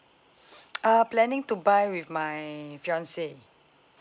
uh planning to buy my fiancé